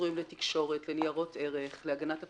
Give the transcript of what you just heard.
שקשורים לתקשורת, לניירות ערך, להגנת הפרטיות,